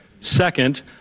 Second